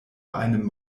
einem